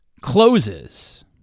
closes